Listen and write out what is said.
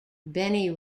benny